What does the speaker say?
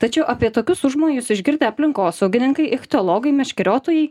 tačiau apie tokius užmojus išgirdę aplinkosaugininkai ichtiologai meškeriotojai